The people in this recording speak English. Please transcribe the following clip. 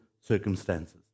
circumstances